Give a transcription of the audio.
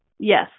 Yes